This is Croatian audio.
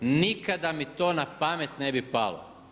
Nikada mi to na pamet ne bi palo.